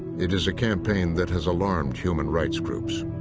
it is a campaign that has alarmed human rights groups.